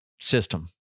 system